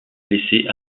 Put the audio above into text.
blessé